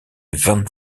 vingt